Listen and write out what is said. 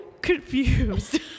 confused